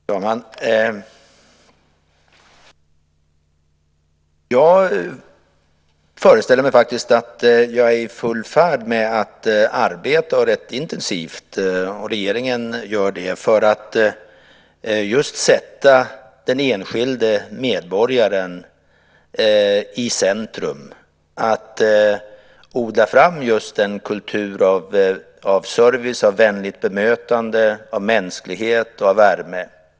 Fru talman! Jag föreställer mig faktiskt att jag och regeringen är i full färd med att arbeta rätt intensivt för att just sätta den enskilde medborgaren i centrum och odla fram en kultur av service, vänligt bemötande, mänsklighet och värme.